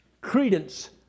credence